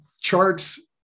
charts